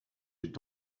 est